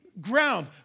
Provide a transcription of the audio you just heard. ground